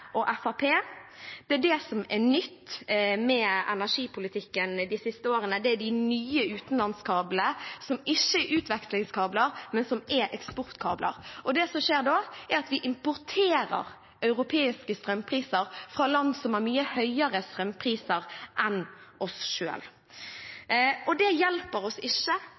og Fremskrittspartiet. Det som er nytt med energipolitikken de siste årene, er de nye utenlandskablene, som ikke er utvekslingskabler, men som er eksportkabler. Det som skjer da, er at vi importerer europeiske strømpriser fra land som har mye høyere strømpriser enn oss selv. Det hjelper oss ikke